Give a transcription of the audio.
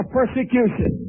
persecution